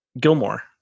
Gilmore